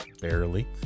barely